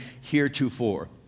heretofore